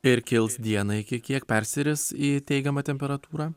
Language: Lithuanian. ir kils dieną iki kiek persiris į teigiamą temperatūrą